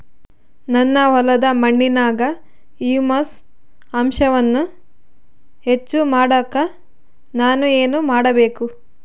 ನನ್ನ ಹೊಲದ ಮಣ್ಣಿನಾಗ ಹ್ಯೂಮಸ್ ಅಂಶವನ್ನ ಹೆಚ್ಚು ಮಾಡಾಕ ನಾನು ಏನು ಮಾಡಬೇಕು?